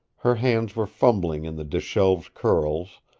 her hands were fumbling in the disheveled curls,